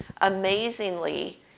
amazingly